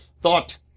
thought